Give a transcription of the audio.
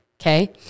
Okay